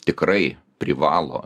tikrai privalo